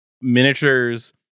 miniatures